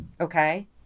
Okay